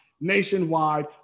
Nationwide